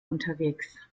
unterwegs